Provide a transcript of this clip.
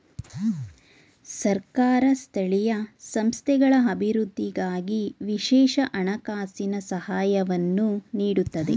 ಸರ್ಕಾರ ಸ್ಥಳೀಯ ಸಂಸ್ಥೆಗಳ ಅಭಿವೃದ್ಧಿಗಾಗಿ ವಿಶೇಷ ಹಣಕಾಸಿನ ಸಹಾಯವನ್ನು ನೀಡುತ್ತದೆ